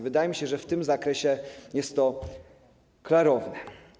Wydaje mi się, że w tym zakresie jest to klarowne.